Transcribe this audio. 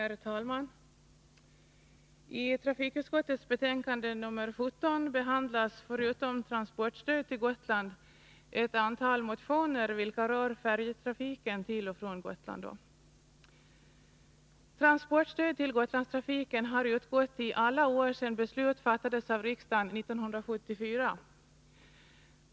Herr talman! I trafikutskottets betänkande nr 17 behandlas förutom transportstöd till Gotland ett antal motioner, vilka rör färjetrafiken till och från Gotland. Transportstöd till Gotlandstrafiken har utgått i alla år sedan beslut fattades av riksdagen 1974.